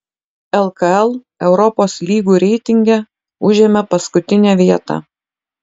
lkl europos lygų reitinge užėmė paskutinę vietą